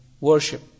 worship